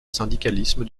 syndicalisme